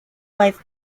wife